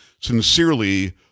Sincerely